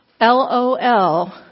LOL